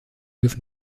dürfen